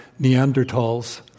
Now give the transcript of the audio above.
Neanderthals